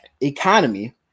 economy